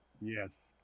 Yes